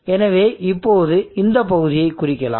எனவே இப்போது இந்த பகுதியைக் குறிக்கலாம்